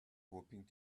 hoping